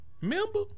Remember